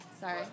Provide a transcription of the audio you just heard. Sorry